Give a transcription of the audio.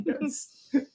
yes